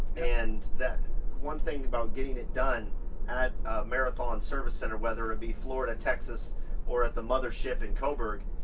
and that one thing about getting it done at marathon service center, whether it be florida, texas or at the mothership in coburg,